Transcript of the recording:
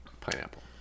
Pineapple